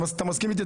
אתה מסכים איתי?